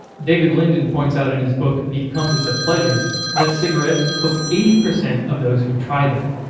david linden points out in his book the compass of pleasure that cigarettes hook eighty percent of those who try them,